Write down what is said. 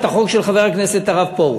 את החוק של חבר הכנסת הרב פרוש.